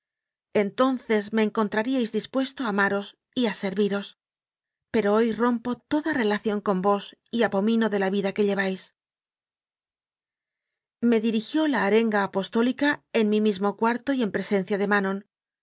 entonces me encontraríais dispuesto a amaros y a serviros pero hoy rompo toda relación con vos y abomino de la vida que lleváis me dirigió la arenga apostólica en mi mismo cuarto y en presencia de manon